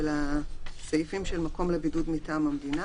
של הסעיפים של מקום לבידוד מטעם המדינה.